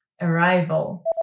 arrival